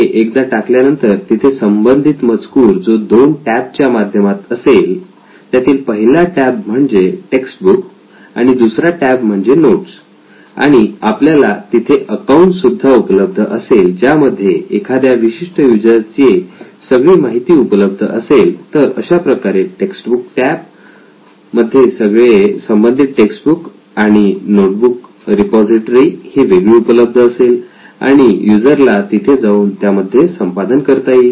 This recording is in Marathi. हे एकदा टाकल्या नंतर तिथे संबंधित मजकूर जो दोन टॅब च्या माध्यमात असेल त्यातील पहिला टॅब म्हणजे टेक्स बुक आणि दुसरा म्हणजे नोट्स आणि आपल्याला तिथे अकाउंट सुद्धा उपलब्ध असेल ज्यामध्ये एखाद्या विशिष्ट युजर ची सगळे माहिती उपलब्ध असेल तर अशाप्रकारे टेक्स्टबुक टॅब मध्ये सगळे संबंधित टेक्स्ट बुक्स आणि नोट्स बुक्स रिपॉझिटरी ही वेगळी उपलब्ध असेल आणि युजर ला तिथे जाऊन त्यामध्ये संपादन करता येईल